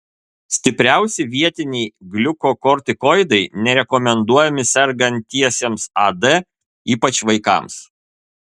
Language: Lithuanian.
stipriausi vietiniai gliukokortikoidai nerekomenduojami sergantiesiems ad ypač vaikams